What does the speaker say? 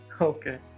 Okay